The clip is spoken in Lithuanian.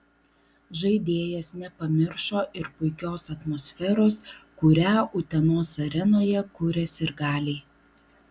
žaidėjas nepamiršo ir puikios atmosferos kurią utenos arenoje kuria sirgaliai